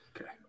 Okay